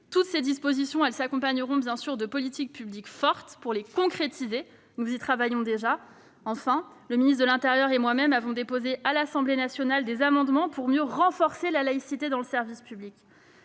Toutes ces dispositions s'accompagneront de politiques publiques fortes pour les concrétiser. Nous y travaillons déjà. Enfin, le ministre de l'intérieur et moi-même avons déposé à l'Assemblée nationale des amendements pour mieux renforcer la laïcité dans le service public.